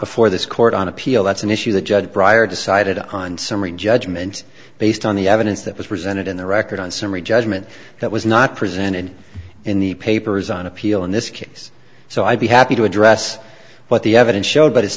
before this court on appeal that's an issue the judge bryer decided on summary judgment based on the evidence that was presented in the record on summary judgment that was not presented in the papers on appeal in this case so i'd be happy to address what the evidence showed but it's